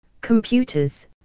computers